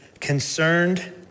concerned